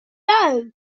low